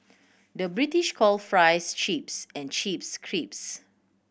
the British call fries chips and chips crisps